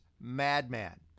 madman